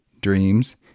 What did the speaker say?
dreams